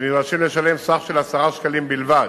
ונדרשים לשלם סך של 10 שקלים בלבד,